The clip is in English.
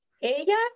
Ella